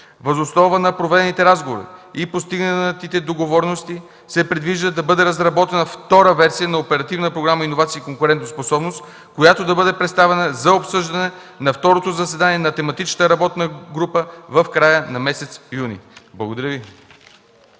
Въз основа на проведените разговори и постигнатите договорености се предвижда да бъде разработена втора версия на Оперативна програма „Иновации и конкурентоспособност“, която да бъде представена за обсъждане на второто заседание на тематичната работна група в края на месец юни. Благодаря Ви.